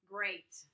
Great